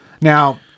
Now